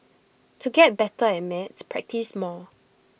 to get better at maths practise more